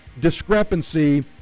discrepancy